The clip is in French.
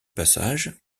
passage